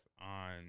on